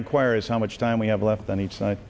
inquiries how much time we have left on each side